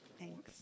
Thanks